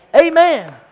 Amen